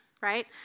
right